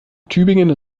tübingen